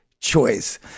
Choice